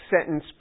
sentence